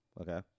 Okay